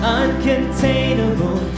uncontainable